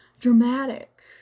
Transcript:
dramatic